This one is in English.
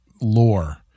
lore